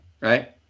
Right